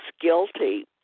guilty